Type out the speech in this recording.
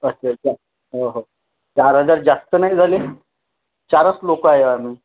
अच्छा अच्छा हो हो चार हजार जास्त नाही झाले चारच लोकं आहे आम्ही